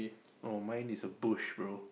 oh mine is a brush bro